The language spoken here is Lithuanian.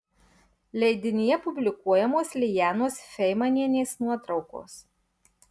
leidinyje publikuojamos lijanos feimanienės nuotraukos